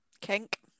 Kink